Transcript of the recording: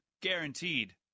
Guaranteed